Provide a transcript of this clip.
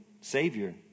Savior